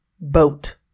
boat